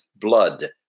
blood